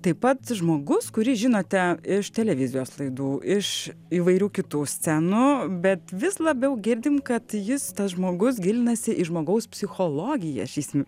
taip pat žmogus kurį žinote iš televizijos laidų iš įvairių kitų scenų bet vis labiau girdim kad jis tas žmogus gilinasi į žmogaus psichologiją šiais m